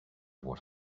what